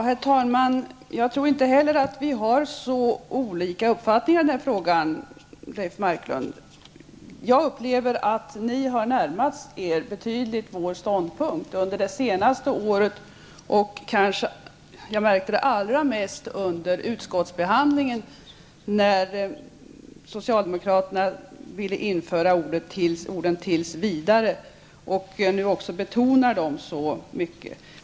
Herr talman! Jag tror inte heller att vi har så olika uppfattningar i den här frågan. Jag upplever att socialdemokraterna har närmat sig vår ståndpunkt betydligt under det senaste året. Jag märkte det kanske allra mest under utskottsbehandlingen, när de ville införa orden ''tills vidare'' och nu också betonar dem så mycket.